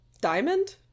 Diamond